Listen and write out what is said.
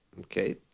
okay